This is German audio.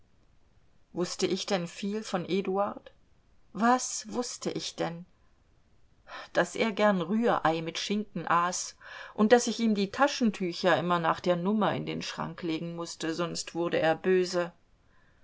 wußte ich denn viel von eduard was wußte ich denn daß er gern rührei mit schinken aß und daß ich ihm die taschentücher immer nach der nummer in den schrank legen mußte sonst wurde er böse